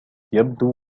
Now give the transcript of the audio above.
يبدو